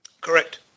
correct